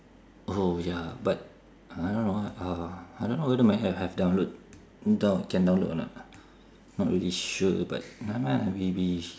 oh ya but I don't know uh I don't know whether my have have download can download or not not really sure but never mind lah we we